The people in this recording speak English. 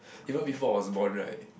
even before was born right